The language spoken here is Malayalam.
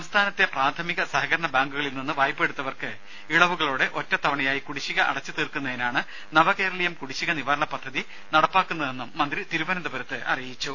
സംസ്ഥാനത്തെ പ്രാഥമിക സഹകരണ ബാങ്കുകളിൽ നിന്ന് വായ്പയെടുത്തവർക്ക് ഇളവുകളോടെ ഒറ്റത്തവണയായി കുടിശ്ശിക അടച്ചു തീർക്കുന്നതിനാണ് നവകേരളീയം കുടിശ്ശിക നിവാരണ പദ്ധതി നടപ്പാക്കുന്നതെന്നും മന്ത്രി തിരുവനന്തപുരത്ത് അറിയിച്ചു